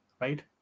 right